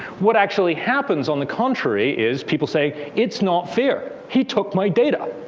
what actually happens, on the contrary, is people say, it's not fair. he took my data.